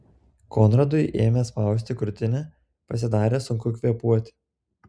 konradui ėmė spausti krūtinę pasidarė sunku kvėpuoti